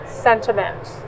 sentiment